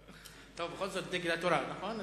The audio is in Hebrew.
טוב, בכל זאת, דגל התורה, נכון?